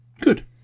Good